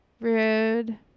Rude